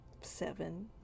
seven